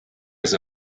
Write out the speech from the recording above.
his